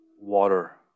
Water